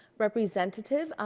representative.